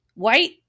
White